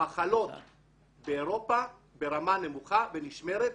המחלות באירופה ברמה נמוכה ונשמרת,